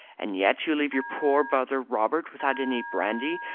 and yet you leave your poor brother robert without any brandy,